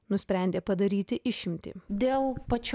nusprendė padaryti išimtį dėl pačio